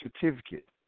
certificate